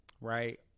right